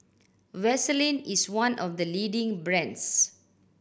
Vaselin is one of the leading brands